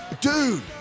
dude